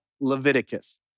Leviticus